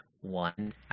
one